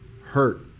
hurt